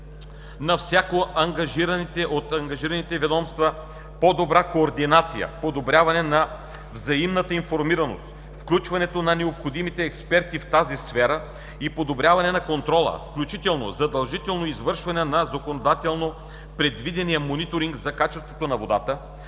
на всяко от ангажираните ведомства по-добра координация, подобряване на взаимната информираност, включването на необходимите експерти в тази сфера и подобряване на контрола, включително задължително извършване на законодателно предвидения мониторинг за качеството на водата,